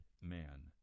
man